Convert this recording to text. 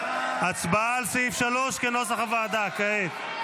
ההצבעה על סעיף 3 כנוסח הוועדה, כעת.